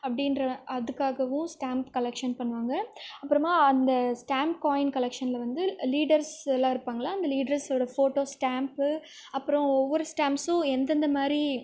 அப்படின்ற அதுக்காகவும் stamp collection பண்ணுவாங்க அப்புறமா அந்த ஸ்டாம்ப் காயின் கலெக்ஷனில் வந்து லீடர்ஸ் எல்லாம் இருப்பாங்களே அந்த லீட்ரஸோடய ஃபோட்டோ ஸ்டாம்ப்பு அப்புறம் ஒவ்வொரு ஸ்டாம்ப்ஸும் எந்தெந்த மாதிரி